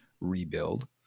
rebuild